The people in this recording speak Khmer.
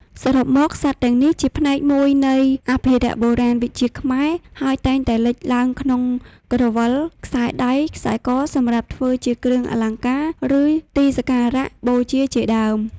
សរុបមក សត្វទាំងនេះជាផ្នែកមួយនៃអភិរក្សបុរាណវិជ្ជាខ្មែរ ហើយតែងតែលេចឡើងក្នុងក្រវិល ខ្សែដៃ ខ្សែកសម្រាប់ធ្វើជាគ្រឿងអលង្ការ ឬទីសាការៈបូជាជាដើម។